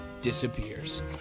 disappears